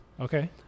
okay